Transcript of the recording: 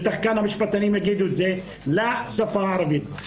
בטח המשפטנים כאן יגידו את זה לשפה הערבית.